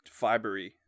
fibery